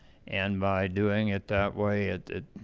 and by doing it that way it